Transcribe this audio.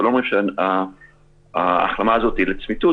אנחנו לא אומרים שההחלמה הזאת היא לצמיתות,